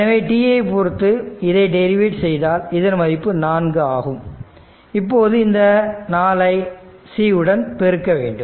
எனவே t ஐ பொறுத்து இதை டெரிவேட் செய்தால் இதன் மதிப்பு 4 ஆகும் இப்போது இந்த 4 ஐ c உடன் பெருக்க வேண்டும்